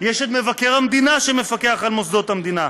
יש את מבקר המדינה שמפקח על מוסדות המדינה,